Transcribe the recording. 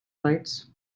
lights